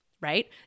right